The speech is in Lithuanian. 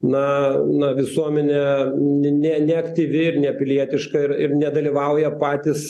na na visuomenė ne ne neaktyvi ir nepilietiška ir ir nedalyvauja patys